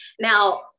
Now